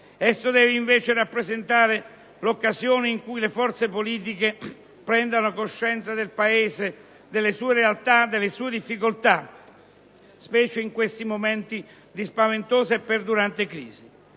Esso deve invece rappresentare l'occasione attraverso cui le forze politiche prendano coscienza del Paese, delle sue realtà, delle sue difficoltà, specie in questi momenti di spaventosa e perdurante crisi.